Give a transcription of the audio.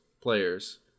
players